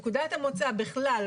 נקודת המוצא בכלל,